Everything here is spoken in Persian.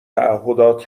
تعهدات